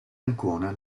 ancona